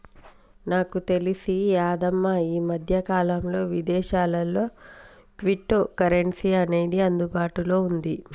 నాకు తెలిసి యాదమ్మ ఈ మధ్యకాలంలో విదేశాల్లో క్విటో కరెన్సీ అనేది అందుబాటులో ఉంది